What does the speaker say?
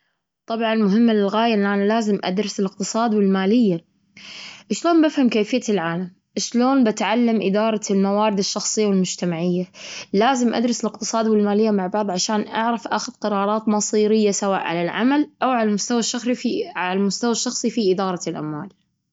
إي، طبعا، مهم دراسة الأدب لأنها تنمي الخيال والفهم العاطفي والثقافي. تنمي الإحساس والذوق عند الفرد، تنمي حتى معلوماته وتوسع آفاقه، وتخلي عنده ذوق وتخليه تربي الإنسان على-على العادات والتقاليد.